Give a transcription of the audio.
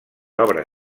obra